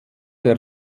der